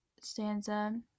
stanza